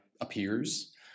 appears